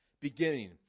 beginning